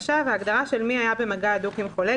ההגדרה של מי היה במגע הדוק עם חולה,